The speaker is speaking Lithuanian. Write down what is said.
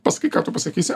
pasakyk ką tu pasakysi